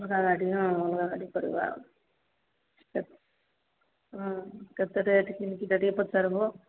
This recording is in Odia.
ଅଗା ଗାଡ଼ି ହଁ ଅଲଗା ଗାଡ଼ି କରିବା ଆଉ ହଁ କେତେ ରେଟ୍ କିମିତି ଟା ଟିକେଏ ପଚାରିବ